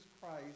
Christ